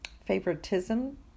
favoritism